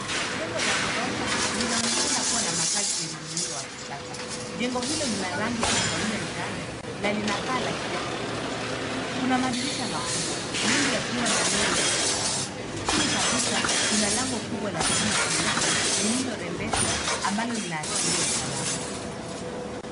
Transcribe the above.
Jengo la ghorofa linaonekana kuwa na makazi lenye muundo wa kisasa. Jengo hilo lina rangi ya kahawia njano na lina paa la kijani kibichi. Kuna madirisha makubwa mengi yakiwa na nondo za usalama. Chini kabisa kula lango kubwa la chuma cheusi lililorembeshwa ambalo linaashiria usalama.